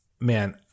Man